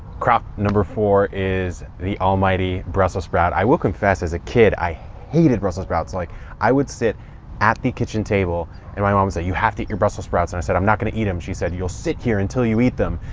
crop number four is the almighty brussels sprout. i will confess as a kid, i hated brussels sprouts. like i would sit at the kitchen table and my mom was like, ah you have to eat your brussels sprouts. and i said, i'm not going to eat them. she said, you'll sit here until you eat them.